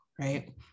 right